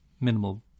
minimal